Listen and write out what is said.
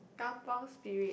kampung spirit